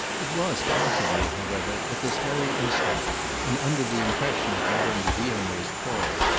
it was possibly, however, at this very instant and under the impression of madame de vionnet's pause,